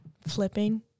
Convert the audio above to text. Flipping